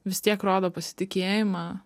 vis tiek rodo pasitikėjimą